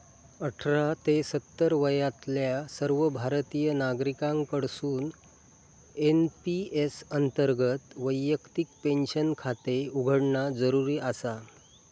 अठरा ते सत्तर वयातल्या सर्व भारतीय नागरिकांकडसून एन.पी.एस अंतर्गत वैयक्तिक पेन्शन खाते उघडणा जरुरी आसा